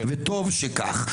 וטוב שכך.